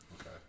Okay